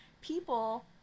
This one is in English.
People